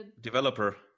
developer